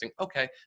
okay